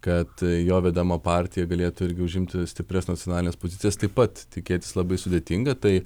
kad jo vedama partija galėtų irgi užimti stiprias nacionalines pozicijas taip pat tikėtis labai sudėtinga tai